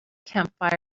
campfire